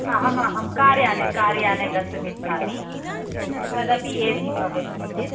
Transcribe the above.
अहम् अहं कार्याने कार्याने गन्तुमिच्छामि तदपि ए सि भवेत् किञ्चित्